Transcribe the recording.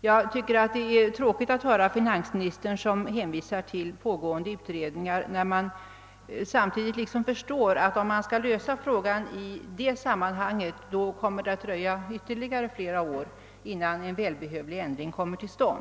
Jag tycker det är tråkigt att höra finansministern hänvisa till pågående utredningar, ty vi' förstår ju att det, om lösningen 'skall sökas den vägen, dröjer ytterligare flera år ihnan en välbehövlig ändring kommer till stånd.